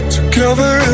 Together